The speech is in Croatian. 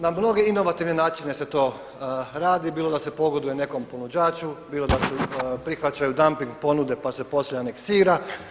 Na mnoge inovativne načine se to radi bilo da se pogoduje nekom ponuđaču, bilo da se prihvaćaju damping ponude pa se poslije aneksira.